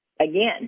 Again